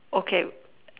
okay